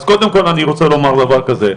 אז קודם כל אני רוצה לומר דבר כזה,